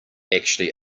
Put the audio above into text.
actually